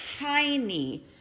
tiny